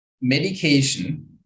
medication